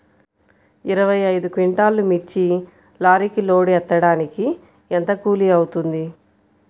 ఇరవై ఐదు క్వింటాల్లు మిర్చి లారీకి లోడ్ ఎత్తడానికి ఎంత కూలి అవుతుంది?